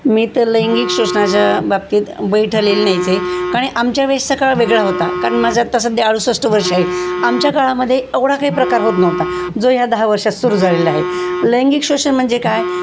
मी तर लैंगिक शोषणाच्या बाबतीत बैठलेली नाहीच आहे कारण आमच्या वेळेसच काळ हा वेगळा होता कारण माझा तसं द अडूसष्ट वर्ष आहे आमच्या काळामध्ये एवढा काही प्रकार होत नव्हता जो ह्या दहा वर्षात सुरू झालेला आहे लैंगिक शोषण म्हणजे काय